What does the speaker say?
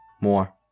More